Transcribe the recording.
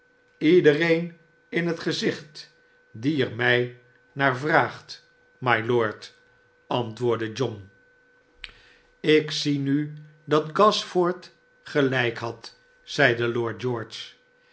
iedereen in het gezicht die er mij naar vraagt mylord barnaby rudge antwoordde john slk zie nu dat gashford gelijk had zeide lord george